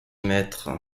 maître